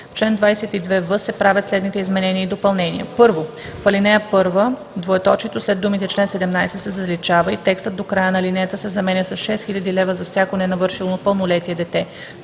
В чл. 22в се правят следните изменения и допълнения: 1. В ал. 1 двоеточието след думите „чл. 17“ се заличава и текстът до края на алинеята се заменя с „6000 лв. за всяко ненавършило пълнолетие дете“.“